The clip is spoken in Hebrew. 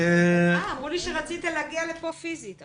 אמרו לי שרצית להגיע לכאן פיזית.